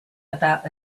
about